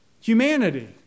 humanity